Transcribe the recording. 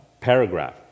paragraph